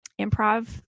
improv